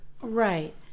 Right